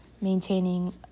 maintaining